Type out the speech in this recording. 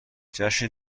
جشن